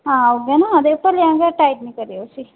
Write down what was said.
हां उ'ऐ ना ते भलेआं गै टाइट निं करेओ इसी